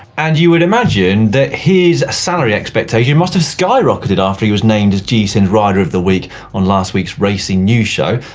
and you would imagine that his salary expectation must have skyrocketed after he was named as gcn's and rider of the week on last week's racing news show.